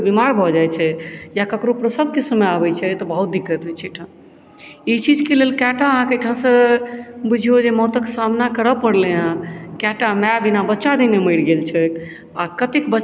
ई चीजकेँ लेल कएटा आहाँके एहिठाम सँ बुझियौ जे मौतक सामना करऽ पड़लैया कएटा माय बिना बच्चा बिना मरि गेल छथि आ कतेक बच्चा बिना मायकेँ रहि गेलै जे बच्चा भेलै आ आहाँके येन केन प्रकारेण